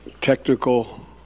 technical